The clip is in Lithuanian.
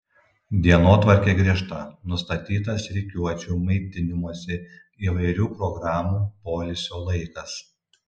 dienotvarkė griežta nustatytas rikiuočių maitinimosi įvairių programų poilsio laikas